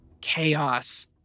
chaos